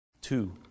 Two